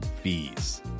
fees